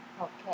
Okay